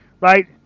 right